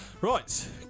Right